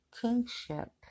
kingship